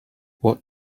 what